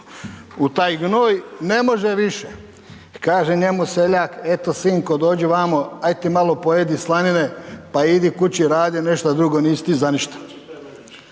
u taj gnoj, ne može više. I kaže njemu seljak, eto sinko, dođi vamo, ajde ti malo pojedi slanine, pa idi kući, radi nešto drugo, nisi ti za ništa.